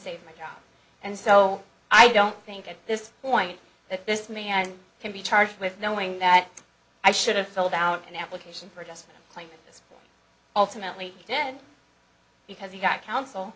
save my job and so i don't think at this point that this man can be charged with knowing that i should have filled out an application for just claim it's ultimately then because he got counsel